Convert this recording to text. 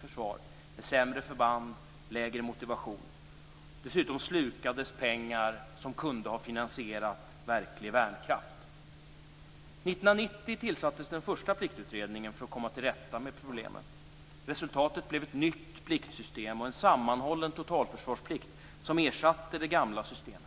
försvar med sämre förband och lägre motivation. Dessutom slukades pengar som kunde ha finansierat verklig värnkraft. År 1990 tillsattes den första pliktutredningen för att komma till rätta med problemen. Resultatet blev ett nytt pliktsystem och en sammanhållen totalsförsvarsplikt, som ersatte det gamla systemet.